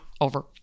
Over